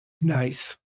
Nice